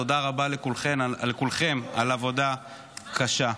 תודה רבה לכולכם על עבודה קשה.